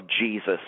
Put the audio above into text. Jesus